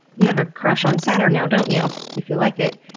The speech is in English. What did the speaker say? you have a crush on saturn now, don't you? if you like it,